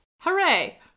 Hooray